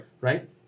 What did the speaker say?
Right